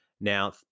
Now